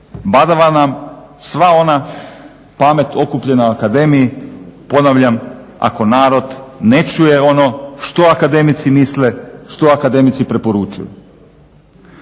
Badava nam sva ona pamet okupljana u akademiji, ponavljam ako narod ne čuje ono što akademici misle, što akademici preporučuju.